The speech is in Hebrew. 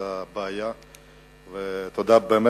באמת,